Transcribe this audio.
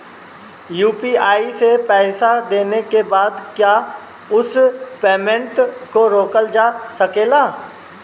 UPI से पईसा देने के बाद क्या उस पेमेंट को रोकल जा सकेला?